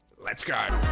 let's go